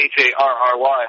H-A-R-R-Y